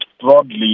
broadly